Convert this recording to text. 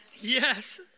Yes